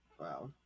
Wow